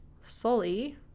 Sully